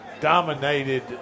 dominated